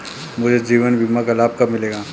मुझे जीवन बीमा का लाभ कब मिलेगा?